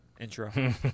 intro